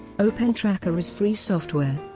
opentracker is free software.